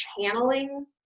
channeling